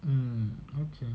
um okay